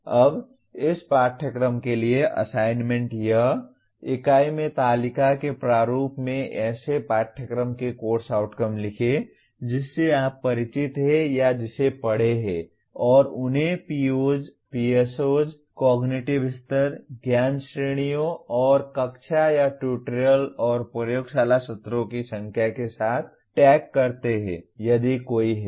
अब इस पाठ्यक्रम के लिए असाइनमेंट यह इकाई में तालिका के प्रारूप में ऐसे पाठ्यक्रम के कोर्स आउटकम लिखें जिससे आप परिचित हैं या जिसे पढ़े है और उन्हें POs PSOs कॉग्निटिव स्तर ज्ञान श्रेणियों और कक्षा या ट्यूटोरियल प्रयोगशाला सत्रों की संख्या के साथ टैग करते हैं यदि कोई है